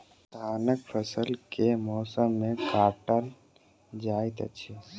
धानक फसल केँ मौसम मे काटल जाइत अछि?